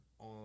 on